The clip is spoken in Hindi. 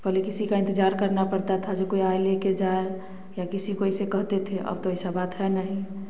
पहले किसी का इंतजार पड़ता था जो कोई आए लेके जाए या किसी को ऐसे कहते थे अब तो वैसा बात है नहीं